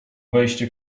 wejście